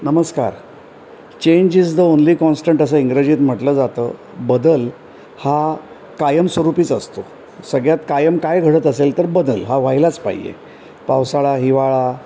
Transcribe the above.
नमस्कार change is the only constant असं इंग्रजीत म्हटलं जातं बदल हा कायमस्वरूपीच असतो सगळ्यात कायम काय घडत असेल तर बदल हा व्हायलाच पाहिजे पावसाळा हिवाळा